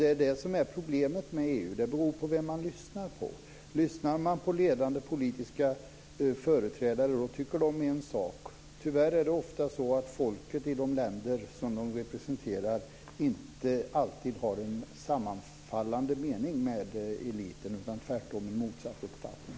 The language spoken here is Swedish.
Det är det som är problemet med EU: Det beror på vem man lyssnar på. Lyssnar man på ledande politiska företrädare tycker de en sak. Tyvärr är det ofta så att folket i de länder de representerar inte har en med eliten sammanfallande mening utan tvärtom en motsatt uppfattning.